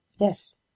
Yes